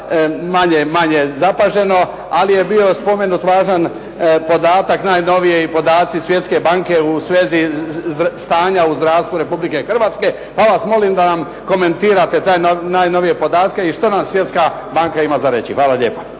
manje zapaženo, ali je bio spomenut važan podatak, najnoviji i podaci Svjetske banke u svezi stanja u zdravstvu Republike Hrvatske. Pa vas molim da nam komentirate te najnovije podatke i što nam Svjetska banka ima za reći. Hvala lijepa.